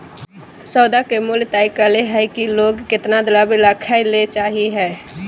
सौदा के मूल्य तय करय हइ कि लोग केतना द्रव्य रखय ले चाहइ हइ